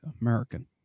American